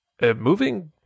moving